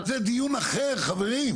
זה דיון אחר חברים.